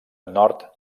nord